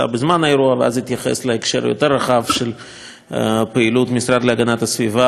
ואז אתייחס להקשר היותר-רחב של פעילות המשרד להגנת הסביבה במפרץ,